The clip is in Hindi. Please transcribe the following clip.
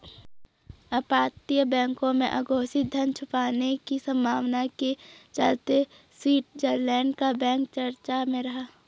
अपतटीय बैंकों में अघोषित धन छुपाने की संभावना के चलते स्विट्जरलैंड का बैंक चर्चा में रहा